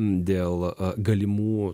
dėl galimų